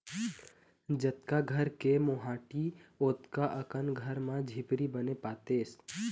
जतका घर के मोहाटी ओतका अकन घर म झिपारी बने पातेस